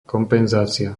kompenzácia